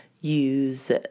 use